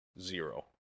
zero